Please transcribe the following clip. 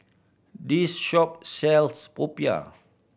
this shop sells popiah